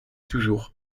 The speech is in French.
toujours